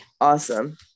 awesome